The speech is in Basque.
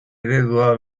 eredu